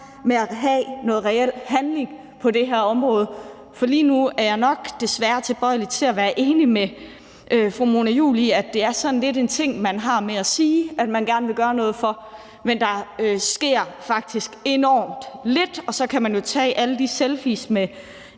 med at have noget reel handling på det her område, for lige nu er jeg nok desværre tilbøjelig til at være enig med fru Mona Juul i, at det sådan lidt er en ting, man har med at sige, at man gerne vil gøre noget, men der sker faktisk enormt lidt. Så kan man jo tage alle de selfies med